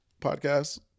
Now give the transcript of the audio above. podcast